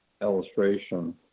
illustration